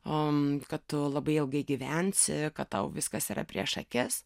am kad tu labai ilgai gyvensi kad tau viskas yra prieš akis